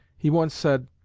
he once said,